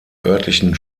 örtlichen